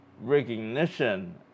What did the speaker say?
recognition